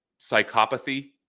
psychopathy